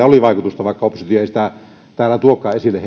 oli vaikutusta vaikka oppositio ei täällä tuokaan esille